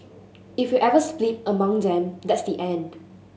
if we ever split along them that's the end